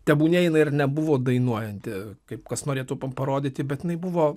tebūnie jinai ir nebuvo dainuojanti kaip kas norėtų parodyti bet jinai buvo